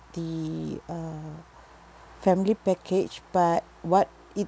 the uh family package but what it